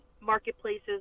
marketplaces